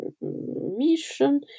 mission